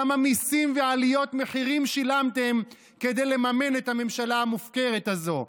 כמה מיסים ועליות מחירים שילמתם כדי לממן את הממשלה המופקרת הזו,